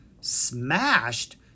Smashed